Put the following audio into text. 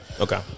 okay